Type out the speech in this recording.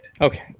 okay